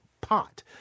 pot